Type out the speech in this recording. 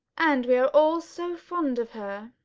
and we are all so fond of her!